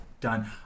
done